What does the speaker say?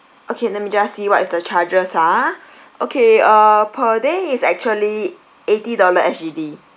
okay let me just see what is the charges ah okay uh per day is actually eighty dollar S_G_D